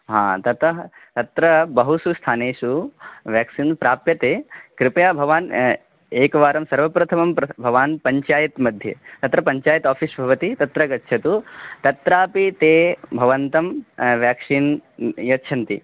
हा ततः तत्र बहुषु स्थानेषु व्याक्सिन् प्राप्यते कृपया भवान् एकवारं सर्वप्रथमं प्र भवान् पञ्चायत् मध्ये तत्र पञ्चायत् आफ़ीस् भवति तत्र गच्छतु तत्रापि ते भवन्तं व्याक्सिन् यच्छन्ति